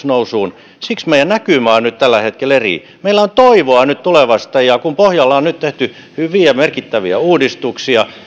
nousuun siksi meidän näkymä on nyt tällä hetkellä eri meillä on toivoa nyt tulevasta ja kun pohjalla on nyt tehty hyviä merkittäviä uudistuksia